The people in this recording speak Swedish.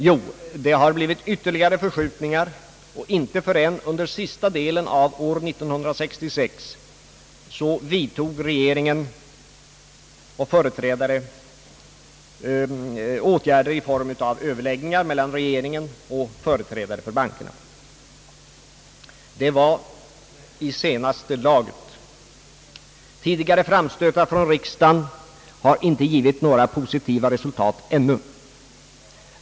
Jo, det har blivit ytterligare förskjutningar, och inte förrän under sista delen av år 1966 vidtog regeringen åtgärder i form av Överläggningar mellan regeringen och företrädare för bankerna. Det var i senaste laget. Tidigare framstötar från riksda gen har inte givit några positiva resultat ännu.